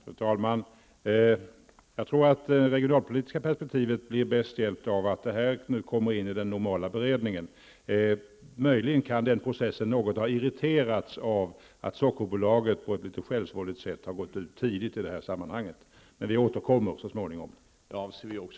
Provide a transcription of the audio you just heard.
Fru talman! Jag tror att den bästa hjälpen när det gäller det regionalpolitiska perspektivet är att det här kommer med i den normala beredningen. Möjligen kan den processen ha irriterats något av att Sockerbolaget litet självsvåldigt har gått ut tidigt i det här sammanhanget. Men vi återkommer så småningom till den här saken.